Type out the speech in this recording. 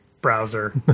browser